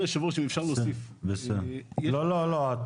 אוקיי.